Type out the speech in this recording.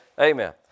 Amen